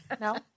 No